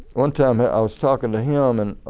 one time i was talking to him and